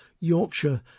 Yorkshire